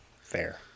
Fair